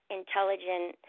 intelligent